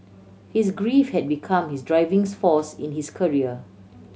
his grief had become his drivings force in his career